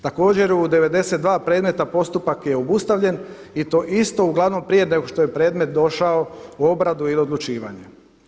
Također u 92 predmeta postupak je obustavljen i to isto uglavnom prije nego što je predmet došao u obradu i odlučivanje.